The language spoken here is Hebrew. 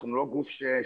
אנחנו לא גוף שמתחשבן,